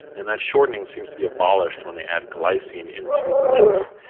and that shortening seems to be abolished when they add glycine into the mix.